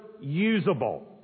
usable